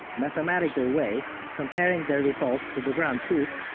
mathematical way of comparing their results to the ground truth,